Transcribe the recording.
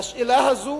לשאלה הזאת?